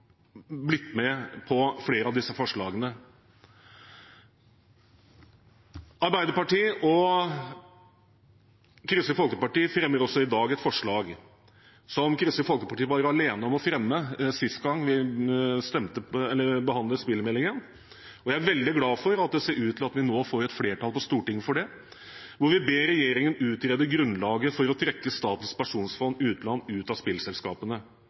blitt med på flere av disse forslagene. Arbeiderpartiet og Kristelig Folkeparti fremmer også i dag et forslag som Kristelig Folkeparti var alene om å fremme sist gang, da vi behandlet spillmeldingen. Jeg er veldig glad for at det ser ut til at vi nå får et flertall på Stortinget for det, hvor vi ber regjeringen utrede grunnlaget for å trekke Statens pensjonsfond utland ut av spillselskapene.